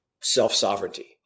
self-sovereignty